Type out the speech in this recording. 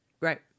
Right